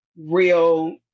real